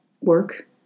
work